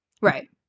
Right